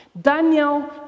Daniel